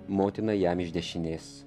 motina jam iš dešinės